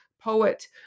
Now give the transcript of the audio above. poet